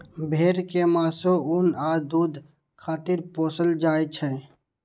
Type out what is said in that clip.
भेड़ कें मासु, ऊन आ दूध खातिर पोसल जाइ छै